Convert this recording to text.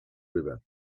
river